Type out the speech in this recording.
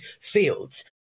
fields